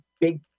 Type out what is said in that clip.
big